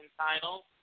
title